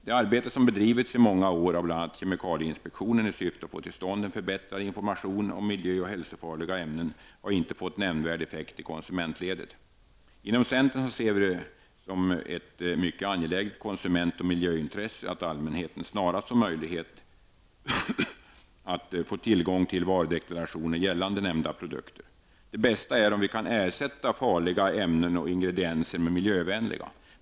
Det arbete som har bedrivits i många år av bl.a. kemikalieinspektionen i syfte att få till stånd en förbättrad information om miljö och hälsofarliga ämnen har inte fått nämnvärd effekt i konsumentledet. Inom centern ser vi det som ett mycket angeläget konsument och miljöintresse att allmänheten snarast möjligt får tillgång till varudeklarationer gällande nämnda produkter. Det bästa är om vi kan ersätta farliga ämnen och ingredienser med miljövänliga.